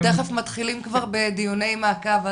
אנחנו תכף מתחילים כבר בדיוני מעקב.